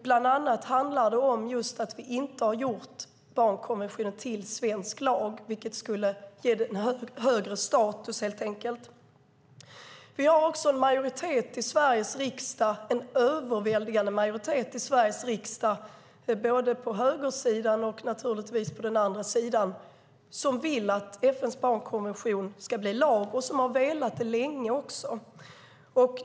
Bland annat handlar det just om att vi inte har gjort barnkonventionen till svensk lag, vilket skulle ge den högre status, helt enkelt. Vi har en överväldigande majoritet i Sveriges riksdag - det är både på högersidan och, naturligtvis, på den andra sidan - som vill att FN:s barnkonvention ska bli lag och som har velat det länge.